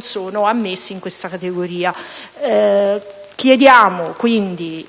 sono ammessi in questa categoria. Chiediamo quindi